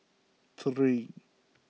three